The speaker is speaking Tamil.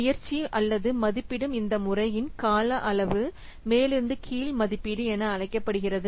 முயற்சி அல்லது மதிப்பிடும் இந்த முறையின் கால அளவு மேலிருந்து கீழ் மதிப்பீடு என அழைக்கப்படுகிறது